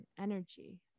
energy